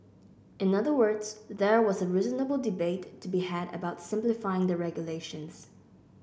in other words there was a reasonable debate to be had about simplifying the regulations